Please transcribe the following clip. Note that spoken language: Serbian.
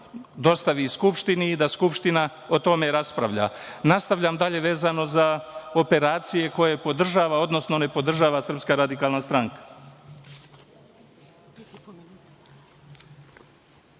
dostavi Skupštini i da Skupština o tome raspravlja. Nastavljam dalje vezano za operacije koje podržava, odnosno ne podržava SRS. Mirovne operacije